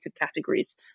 categories